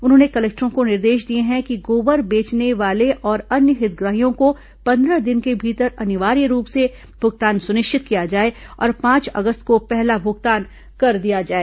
उन्होंने कलेक्टरों को निर्देश दिए हैं कि गोबर बेचने वाले और अन्य हितग्राहियों को पन्द्रह दिन के भीतर अनिवार्य रूप से भुगतान सुनिश्चित किया जाए और पांच अगस्त को पहला भुगतान कर दिया जाए